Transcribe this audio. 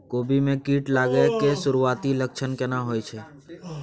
कोबी में कीट लागय के सुरूआती लक्षण केना होय छै